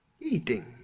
eating